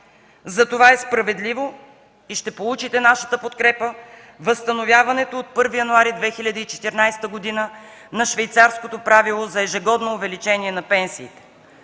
Затова е справедливо и ще получите нашата подкрепа за възстановяването от 1 януари 2014 г. на швейцарското правило за ежегодно увеличение на пенсиите.